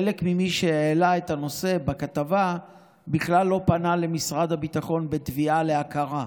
חלק ממי שהעלו את הנושא בכתבה בכלל לא פנו למשרד הביטחון בתביעה להכרה.